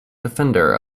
defender